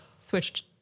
switched